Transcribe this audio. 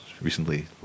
recently